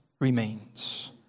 remains